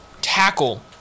tackle